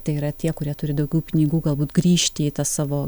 tai yra tie kurie turi daugiau pinigų galbūt grįžti į savo